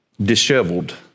disheveled